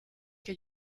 que